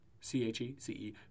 C-H-E-C-E